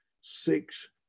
six